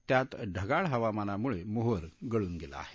त्यात ढगाळ हवामानामुळे मोहर गळून गेला आहे